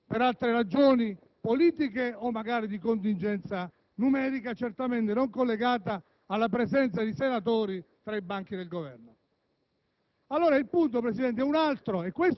sotto, è stata battuta per altre ragioni, politiche o magari di contingenza numerica, certamente non collegate alla presenza di senatori tra i banchi del Governo.